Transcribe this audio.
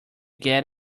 get